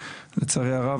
לצערי הרב,